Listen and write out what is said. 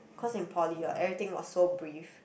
cause in poly what everything was so brief